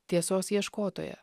tiesos ieškotoja